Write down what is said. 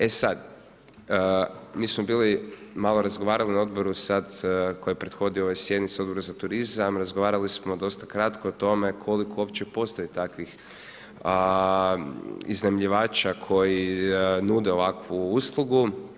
E sad, mi smo bili malo razgovarali na odboru sada koji je prethodio ovoj sjednici Odboru za turizam, razgovarali smo dosta kratko o tome koliko uopće postoji takvih iznajmljivača koji nude ovakvu uslugu.